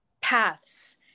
paths